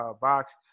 box